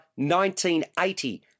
1980